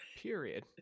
period